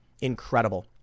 Incredible